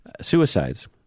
suicides